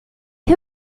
who